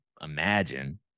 imagine